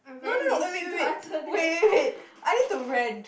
I'm very lazy to answer that